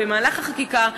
במהלך החקיקה,